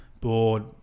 board